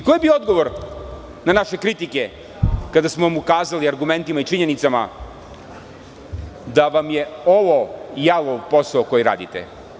Koji je bio odgovor na naše kritike, kada smo vam ukazali argumentima u činjenicama da vam je ovo jalov posao koji radite.